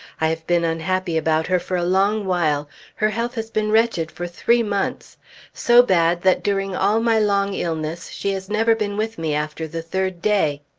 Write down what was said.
i have been unhappy about her for a long while her health has been wretched for three months so bad, that during all my long illness she has never been with me after the third day.